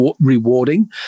rewarding